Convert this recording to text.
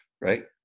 right